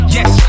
Yes